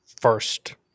first